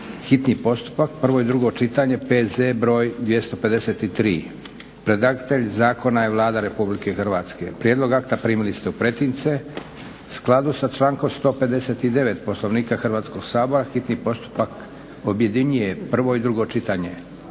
hitni postupak, prvo i drugo čitanje, P.Z. br 253. Predlagatelj zakona je Vlada Republike Hrvatske. Prijedlog akta primili ste u pretince. U skladu sa člankom 159. Poslovnika Hrvatskog sabora hitni postupak objedinjuje prvo i drugo čitanje,